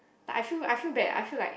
like I feel I feel bad I feel like